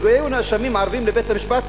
שמשהגיעו נאשמים ערבים לבית-המשפט,